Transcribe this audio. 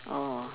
orh